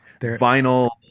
vinyl